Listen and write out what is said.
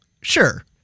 Sure